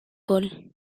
gol